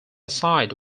site